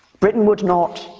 britain would not,